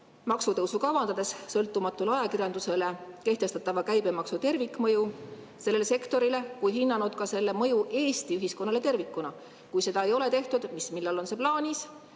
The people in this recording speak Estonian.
maksutõusu kavandades sõltumatule ajakirjandusele kehtestatava käibemaksu tervikmõju sellele sektorile ning hinnanud ka selle mõju Eesti ühiskonnale tervikuna? Kui seda ei ole tehtud, siis millal on see plaanis?